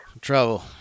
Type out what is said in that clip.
trouble